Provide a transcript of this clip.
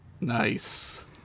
Nice